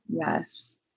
Yes